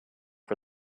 for